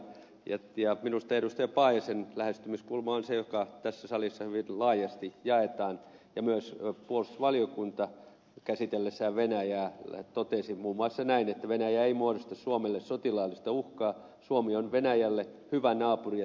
paajasen lähestymiskulma on se joka tässä salissa hyvin laajasti jaetaan ja myös puolustusvaliokunta käsitellessään venäjää totesi muun muassa näin että venäjä ei muodosta suomelle sotilaallista uhkaa suomi on venäjälle hyvä naapuri ja tärkeä kauppakumppani